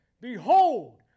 behold